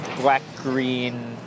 black-green